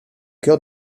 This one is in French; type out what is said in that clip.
cœur